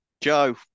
Joe